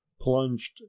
plunged